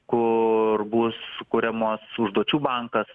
kur bus sukuriamas užduočių bankas